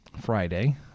Friday